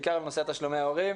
בעיקר עם נושא תשלומי הורים.